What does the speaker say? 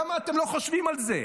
למה אתם לא חושבים על זה?